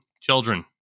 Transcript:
children